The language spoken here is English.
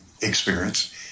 experience